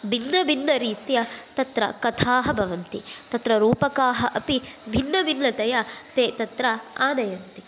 भिन्नभिन्नरीत्या तत्र कथाः भवन्ति तत्र रूपकाः अपि भिन्नभिन्नतया ते तत्र आनयन्ति